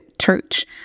church